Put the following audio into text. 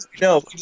No